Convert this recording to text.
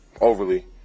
Overly